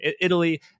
Italy